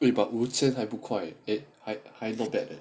eh but 五千还不快 eh